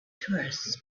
tourists